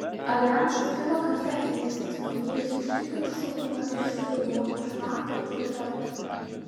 aljansas pirmą kartą ėmėsi atsakomybės užtikrinti saugumą ir stabilumą už nato teritorijos